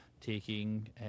taking